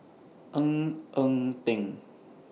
Ng Eng Teng